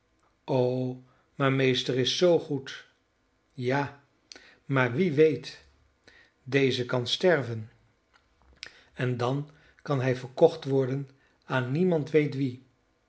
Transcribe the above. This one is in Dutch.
o maar meester is zoo goed ja maar wie weet deze kan sterven en dan kan hij verkocht worden aan niemand weet wie